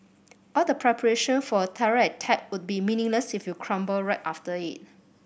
all the preparation for a terror attack would be meaningless if you crumble right after it